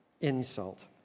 insult